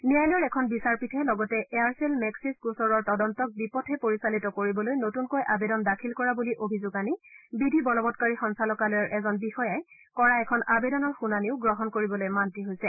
ন্যায়ালয়ৰ এখন বিচাৰপীঠে লগতে এয়াৰচেল মেল্গিছ গোচৰৰ তদন্তক বিপথে পৰিচালিত কৰিবলৈ নতুনকৈ আৱেদন দাখিল কৰা বুলি অভিযোগ আনি বিধি বলবৎকাৰী সঞ্চালকালয়ৰ এজন বিষয়াই কৰা এখন আৱেদনৰ শুনানীও গ্ৰহণ কৰিবলৈ মান্তি হৈছে